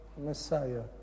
Messiah